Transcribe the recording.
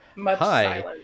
Hi